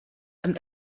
and